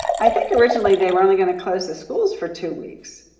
i think originally they were only gonna close the schools for two weeks.